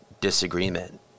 disagreement